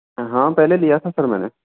हाँ पहले लिया था सर मैंने